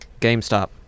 GameStop